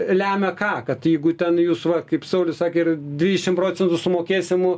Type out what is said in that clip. lemiaką kad jeigu ten jūs va kaip saulius sakė ir dvidešimt procentų sumokėsim